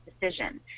decision